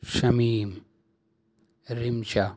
Shamim Rimsha